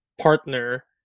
partner